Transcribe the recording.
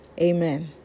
Amen